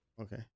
Okay